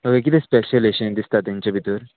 हय किदें स्पेशल अशें दिसता तेंचे भितर